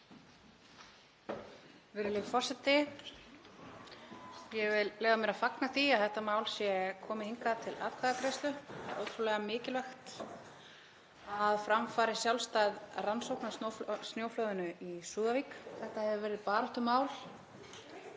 Það er ótrúlega mikilvægt að fram fari sjálfstæð rannsókn á snjóflóðinu í Súðavík. Þetta hefur verið baráttumál